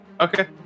Okay